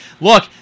Look